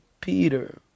Peter